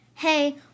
Hey